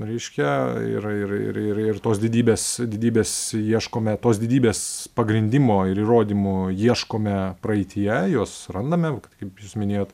reiškia ir ir ir ir ir tos didybės didybės ieškome tos didybės pagrindimo ir įrodymų ieškome praeityje juos randame kaip jūs minėjot